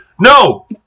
No